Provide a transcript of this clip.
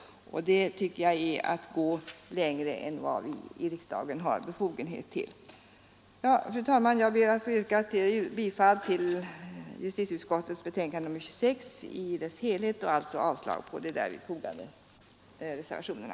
Det tycker jag är att gå längre än vad vi i riksdagen har befogenhet till. Fru talman! Jag ber att få yrka bifall till justitieutskottets förslag i dess helhet och alltså avslag på de till betänkandet fogade reservationerna.